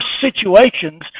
situations